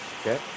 Okay